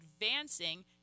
advancing